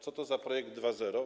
Co to za projekt 2.0.